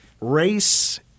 race